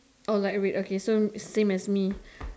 oh light red okay so same as me